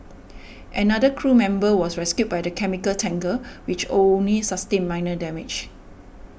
another crew member was rescued by the chemical tanker which only sustained minor damage